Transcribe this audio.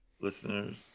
listeners